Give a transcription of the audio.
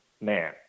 man